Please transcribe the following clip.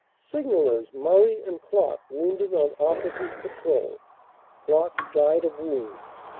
signallers murray and klock wounded on officer's patrol klock died of wounds.